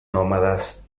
nómadas